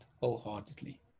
wholeheartedly